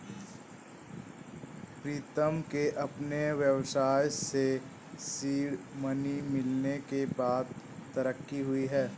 प्रीतम के अपने व्यवसाय के सीड मनी मिलने के बाद तरक्की हुई हैं